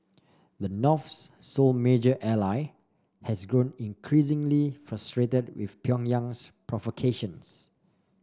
the North's sole major ally has grown increasingly frustrated with Pyongyang's provocations